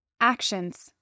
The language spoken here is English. Actions